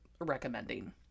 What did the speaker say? recommending